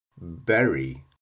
berry